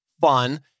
fun